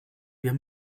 wir